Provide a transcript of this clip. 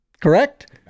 correct